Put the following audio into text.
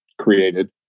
created